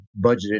budgeted